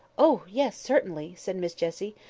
oh, yes! certainly! said miss jessie,